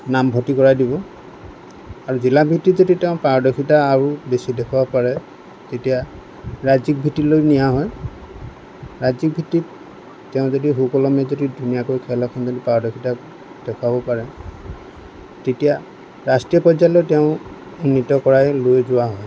নামভৰ্তি কৰাই দিব আৰু জিলা ভিত্তিক যদি তেওঁ পাৰদৰ্শীতা আৰু বেছি দেখুৱাব পাৰে তেতিয়া ৰাজ্যিক ভিত্তিলৈ নিয়া হয় ৰাজ্যিক ভিত্তিত তেওঁ যদি সুকলমে যদি ধুনীয়াকৈ খেল এখনত পাৰদৰ্শীতা দেখুৱাব পাৰে তেতিয়া ৰাষ্ট্ৰীয় পৰ্যায়লৈ তেওঁক উন্নিত কৰাই লৈ যোৱা হয়